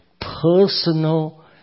personal